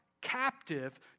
captive